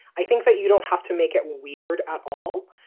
i think that you don't have to make it weird at all.